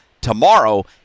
tomorrow